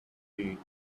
feet